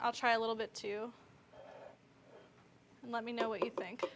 i'll try a little bit to let me know what you think